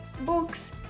books